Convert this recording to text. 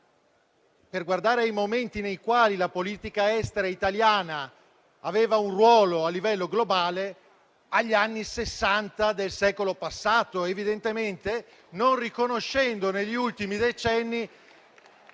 per guardare ai momenti nei quali la politica estera italiana aveva un ruolo a livello globale, agli anni Sessanta del secolo passato, evidentemente non riconoscendo negli ultimi decenni,